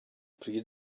pryd